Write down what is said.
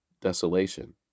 desolation